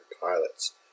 pilots